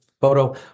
photo